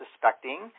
suspecting